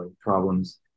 problems